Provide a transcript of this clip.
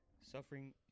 suffering